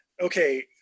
okay